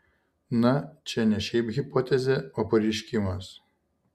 na čia ne šiaip hipotezė o pareiškimas